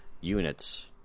units